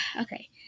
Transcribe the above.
okay